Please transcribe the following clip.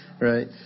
right